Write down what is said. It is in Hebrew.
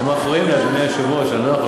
זה, הם מפריעים לי, אדוני היושב-ראש, אני לא יכול